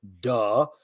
duh